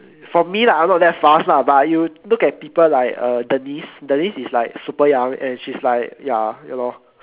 from me lah I am not that fast lah but you look at people like uh denise denise is like super young and she is like ya ya lor